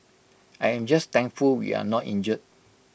I am just thankful we are not injured